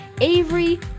Avery